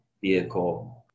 vehicle